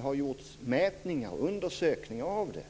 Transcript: har gjorts mätningar och undersökningar av det.